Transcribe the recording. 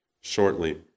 shortly